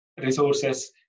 resources